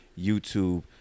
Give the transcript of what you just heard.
YouTube